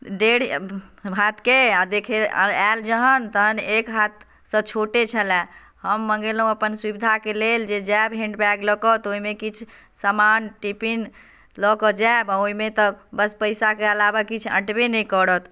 डेढ़ हाथके देखे आ आएल जहन तऽ एक हाथसँ छोटे छलए हम मँगेलहुँ अपन सुविधाके लेल जे जायब हैण्डबैग लऽ कऽ तऽ ओहिमे किछु सामान टिफिन लऽ कऽ जायब ओहिमे तऽ बस पैसाके अलावा किछु अँटबे नहि करत